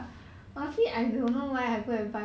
oh ya